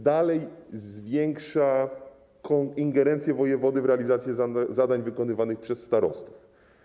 Dalej zwiększa się ingerencję wojewody w realizację zadań wykonywanych przez starostów.